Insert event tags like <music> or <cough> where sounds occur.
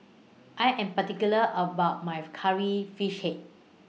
I Am particular about My <noise> Curry Fish Head